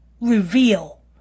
reveal